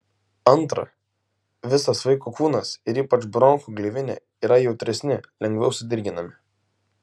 antra visas vaiko kūnas ir ypač bronchų gleivinė yra jautresni lengviau sudirginami